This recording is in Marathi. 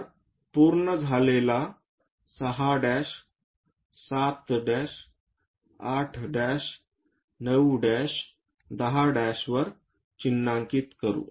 तर पूर्ण झालेला 6 7 8 9 10 वर चिन्हांकित करू